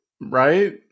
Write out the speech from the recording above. Right